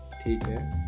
Okay